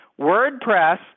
WordPress